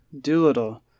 Doolittle